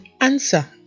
answer